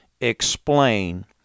explain